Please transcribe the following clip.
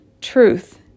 truth